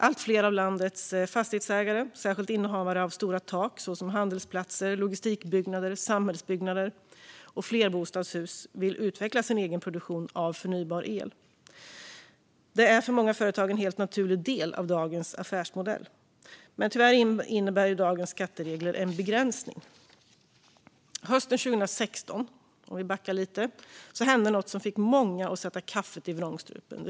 Allt fler av landets fastighetsägare, särskilt innehavare av stora tak, som handelsplatser, logistikbyggnader, samhällsbyggnader och flerbostadshus, vill utveckla sin egen produktion av förnybar el. Det är för många företag en helt naturlig del av dagens affärsmodell. Tyvärr innebär dock dagens skatteregler en begränsning. Hösten 2016 hände något som fick många att sätta kaffet i vrångstrupen.